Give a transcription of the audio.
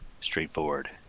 straightforward